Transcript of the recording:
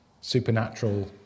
supernatural